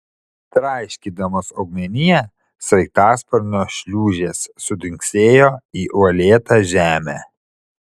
traiškydamos augmeniją sraigtasparnio šliūžės sudunksėjo į uolėtą žemę